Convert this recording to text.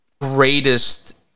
greatest